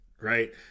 right